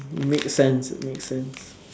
make sense make sense